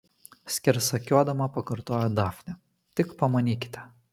skersakiuodama pakartojo dafnė tik pamanykite